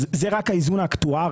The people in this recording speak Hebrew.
אז זה רק האיזון האקטוארי,